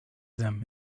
them